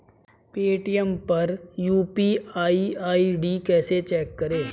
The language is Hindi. पेटीएम पर यू.पी.आई आई.डी कैसे चेक करें?